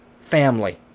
family